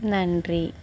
நன்றி